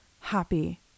happy